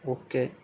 okay